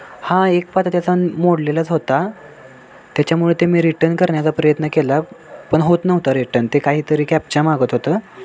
हां एक पाता त्याचा मोडलेलाच होता त्याच्यामुळे ते मी रिटर्न करण्याचा प्रयत्न केला पण होत नव्हता रिटर्न ते काहीतरी कॅपचा मागत होतं